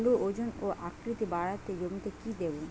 আলুর ওজন ও আকৃতি বাড়াতে জমিতে কি দেবো?